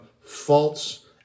false